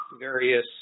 various